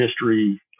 history